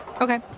Okay